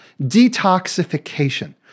detoxification